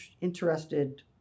interested